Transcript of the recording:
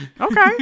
Okay